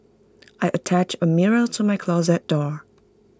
I attached A mirror to my closet door